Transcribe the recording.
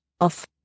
off